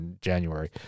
January